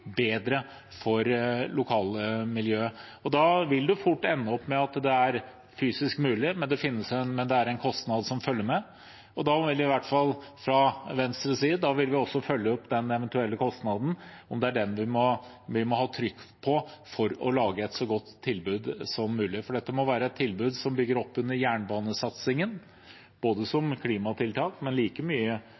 bedre for lokalmiljøet. Man vil fort ende opp med at det er fysisk mulig, men at det er en kostnad som følger med. Da vil vi, i hvert fall fra Venstres side, følge opp den eventuelle kostnaden, om det er den vi må ha trykk på for å lage et så godt tilbud som mulig. Dette må være et tilbud som bygger opp under jernbanesatsingen som klimatiltak, men like mye